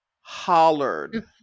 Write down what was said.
hollered